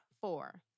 four